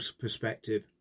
perspective